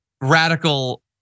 radical